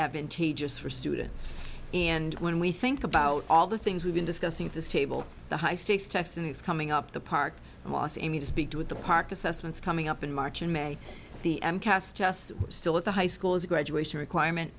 advantageous for students and when we think about all the things we've been discussing at this table the high stakes testing is coming up the park and wasim you to speak to at the park assessments coming up in march in may the end cast tests still at the high school as a graduation requirement